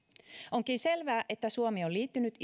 onkin selvää että suomi on liittynyt